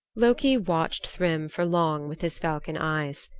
loki watched thrym for long with his falcon eyes.